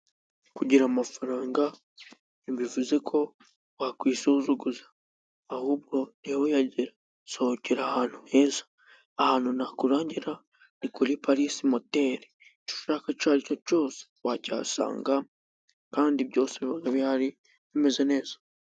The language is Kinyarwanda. Kugira amafaranga ntibivuze ko wakwisuzuguza; ahubwo niba uyagira sohokera ahantu heza. Ahantu nakurangira ni kuri Parisi moteri, icyo ushaka icyo ari cyo cyose wacyihasanga, kandi byose biba bihari bimeze neza.